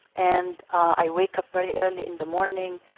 and i wake up very early in the morning.